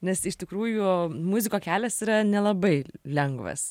nes iš tikrųjų muziko kelias yra nelabai lengvas